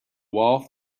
wall